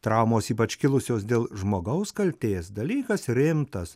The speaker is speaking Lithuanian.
traumos ypač kilusios dėl žmogaus kaltės dalykas rimtas